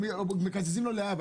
"מקזזים לו להבא"?